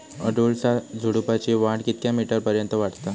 अडुळसा झुडूपाची वाढ कितक्या मीटर पर्यंत वाढता?